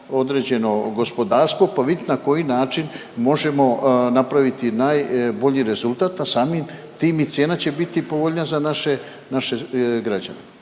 određeno gospodarstvo pa vidjeti na koji način možemo napraviti najbolji rezultat, a samim tim i cijena će biti povoljnija za naše građane?